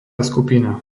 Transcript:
skupina